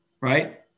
right